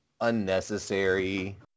unnecessary